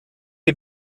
die